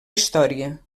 història